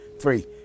three